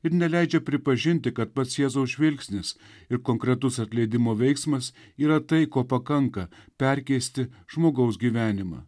ir neleidžia pripažinti kad pats jėzaus žvilgsnis ir konkretus atleidimo veiksmas yra tai ko pakanka perkeisti žmogaus gyvenimą